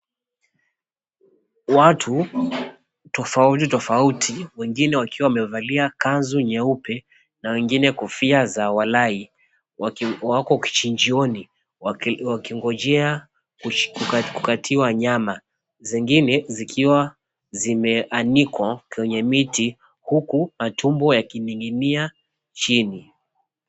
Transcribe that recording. Watu tofauti tofauti, wengine wakiwa wamevalia kanzu nyeupe na wengine kofia za walai wako kichinjioni wakingojea kukatiwa nyama zingine zikiwa zimeanikwa kwa miti huku matumbo yakining'inia chini.